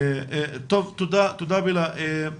תודה בלה.